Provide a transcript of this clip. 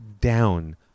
down